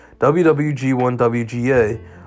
WWG1WGA